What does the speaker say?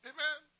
Amen